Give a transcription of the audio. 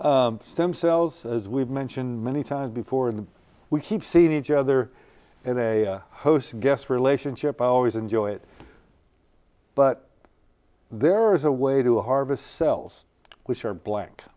stem cells as we've mentioned many times before and we keep seeing each other and a host guest relationship i always enjoy it but there is a way to harvest cells which are blank